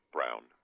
Brown